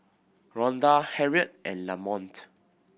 Rhonda Harriet and Lamonte